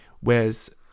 Whereas